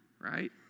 Right